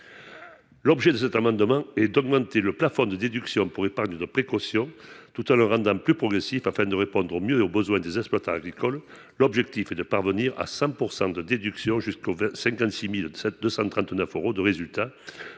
L’objet de cet amendement est d’augmenter les plafonds de déduction pour épargne de précaution, tout en les rendant plus progressifs, afin de répondre au mieux aux besoins des exploitants agricoles. L’objectif est de parvenir à 100 % de déduction potentielle jusqu’à 56 239 euros de résultat,